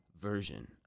version